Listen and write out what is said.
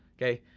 okay?